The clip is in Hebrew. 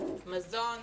מזון,